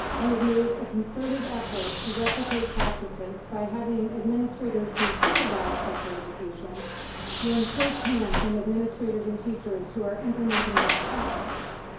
we have made a concerted effort to replicate practices by having administrators who supervise special education learn first hand from administrators and teachers who are implementing best practices.